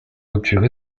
rupture